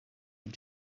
ein